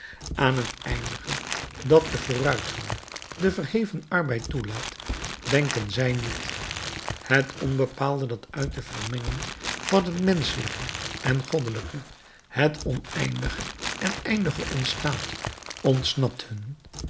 aan het eindige dat den vooruitgang den verheven arbeid toelaat denken zij niet het onbepaalde dat uit de vermenging van het menschelijke en goddelijke het oneindige en eindige ontstaat ontsnapt hun